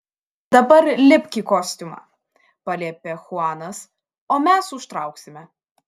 dabar lipk į kostiumą paliepė chuanas o mes užtrauksime